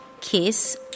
kiss